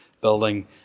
building